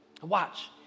Watch